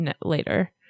later